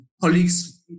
colleagues